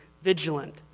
vigilant